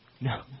No